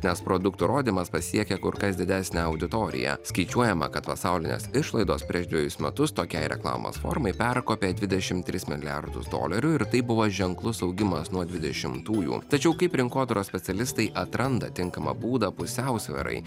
nes produktų rodymas pasiekia kur kas didesnę auditoriją skaičiuojama kad pasaulinės išlaidos prieš dvejus metus tokiai reklamos formai perkopė dvidešim tris milijardus dolerių ir tai buvo ženklus augimas nuo dvidešimtųjų tačiau kaip rinkodaros specialistai atranda tinkamą būdą pusiausvyrai